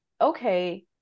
okay